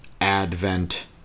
advent